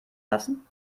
lassen